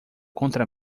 contra